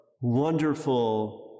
wonderful